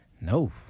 No